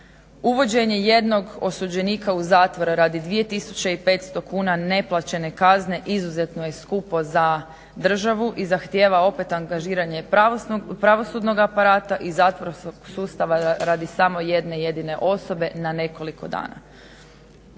Uvođenjem jednog osuđenika u zatvor radi 2.500kn neplaćene kazne izuzetno je skupo za državu i zahtjeva opet angažiranje pravosudnog aparate i zatvorskog sustava radi samo jedne jedine osobe na nekoliko dana.